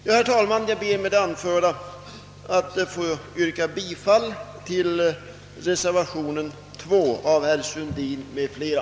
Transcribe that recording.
Jag ber med det anförda att få yrka bifall till reservationen 2 av herr Sundin m.fl.